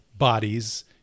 Bodies